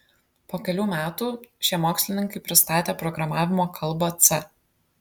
po kelių metų šie mokslininkai pristatė programavimo kalbą c